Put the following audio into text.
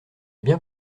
bien